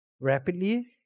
rapidly